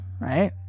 right